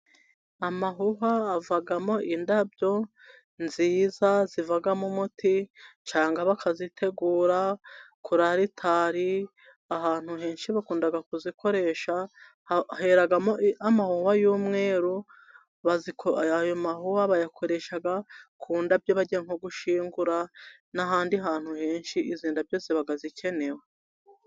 Amahuhwa avamo indabyo nziza zivamo umuti. Usanga bazitegura kuri ritari. Ahantu henshi bakunda kuzikoresha higanjemo amahuhwa y'umweru bazi ko ayo mahuhwa bayakoresha ku ndabyo, bajya nko gushyingura n'ahandi hantu henshi izo ndabyo bakazikenera.